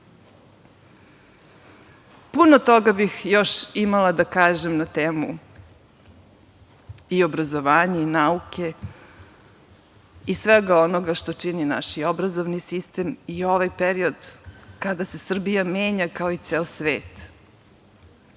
vas. Puno toga bih još imala da kažem na temu i obrazovanja i nauke i svega onoga što čini naš obrazovni sistem i ovaj period kada se Srbija menja, kao i ceo svet.